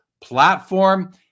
platform